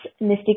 Mystic